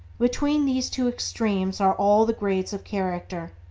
between these two extremes are all the grades of character,